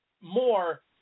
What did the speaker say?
more